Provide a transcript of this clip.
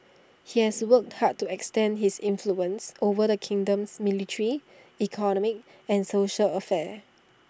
he has worked hard to extend his influence over the kingdom's military economic and social affairs